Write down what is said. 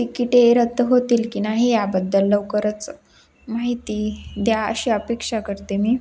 तिकिटे रद्द होतील की नाही याबद्दल लवकरच माहिती द्या अशी अपेक्षा करते मी